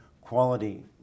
quality